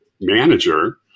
manager